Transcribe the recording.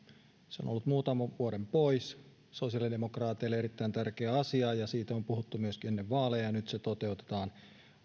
se on ollut muutaman vuoden pois se on sosiaalidemokraateille erittäin tärkeä asia ja siitä on puhuttu myöskin ennen vaaleja ja nyt se toteutetaan